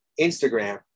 Instagram